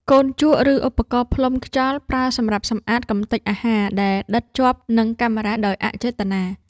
កូនជក់ ឬឧបករណ៍ផ្លុំខ្យល់ ប្រើសម្រាប់សម្អាតកម្ទេចអាហារដែលដិតជាប់នឹងកាមេរ៉ាដោយអចេតនា។